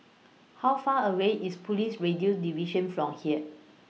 How Far away IS Police Radio Division from here